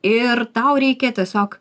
ir tau reikia tiesiog